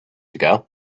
ago